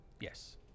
Yes